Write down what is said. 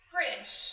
British